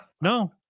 No